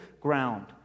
ground